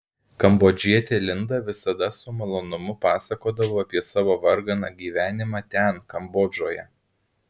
kambodžietė linda visada su malonumu pasakodavo apie savo varganą gyvenimą ten kambodžoje